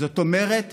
זאת אומרת